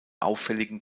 auffälligen